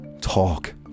talk